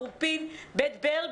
בית ברל,